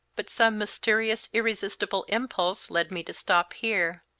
but some mysterious, irresistible impulse led me to stop here.